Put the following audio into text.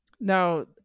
Now